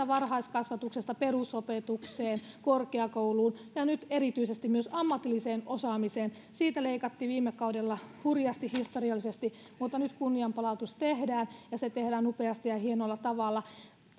varhaiskasvatuksesta perusopetukseen korkeakouluun ja ja nyt erityisesti myös ammatilliseen osaamiseen siitä leikattiin viime kaudella hurjasti historiallisesti mutta nyt kunnianpalautus tehdään ja se tehdään upeasti ja hienolla tavalla